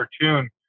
cartoon